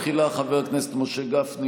תחילה, חבר הכנסת משה גפני.